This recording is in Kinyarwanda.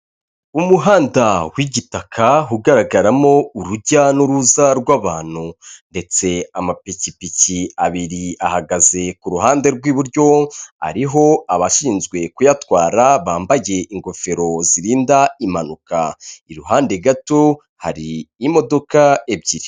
Umuhanda w'igitaka ugaragaramo urujya n'uruza rw'abantu ndetse amapikipiki abiri ahagaze ku ruhande rw'iburyo, ariho abashinzwe kuyatwara bambaye ingofero zirinda impanuka. Iruhande gato hari imodoka ebyiri.